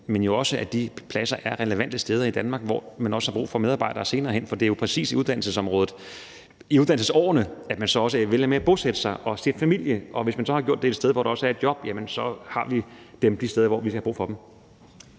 men jo også, at de pladser er relevante steder i Danmark, hvor man har brug for medarbejdere senere hen. For det er jo præcis i uddannelsesårene, at man så også vælger at bosætte sig og stifte familie. Og hvis man så har gjort det et sted, hvor der også er et job, så har vi dem de steder, hvor vi har brug for dem.